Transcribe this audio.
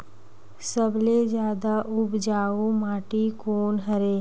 सबले जादा उपजाऊ माटी कोन हरे?